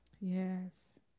Yes